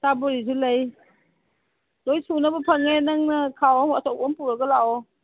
ꯁꯥ ꯕꯣꯔꯤꯁꯨ ꯂꯩ ꯂꯣꯏ ꯁꯨꯅꯕ ꯐꯪꯉꯦ ꯅꯪꯅ ꯈꯥꯎ ꯑꯆꯧꯕ ꯑꯃ ꯄꯨꯔꯒ ꯂꯥꯛꯑꯣ